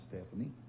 Stephanie